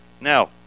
Now